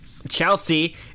Chelsea